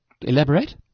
Elaborate